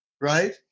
Right